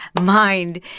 mind